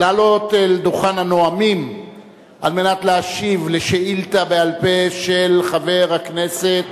לעלות לדוכן הנואמים על מנת להשיב על שאילתא בעל-פה של חבר הכנסת